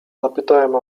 zapytałem